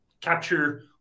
capture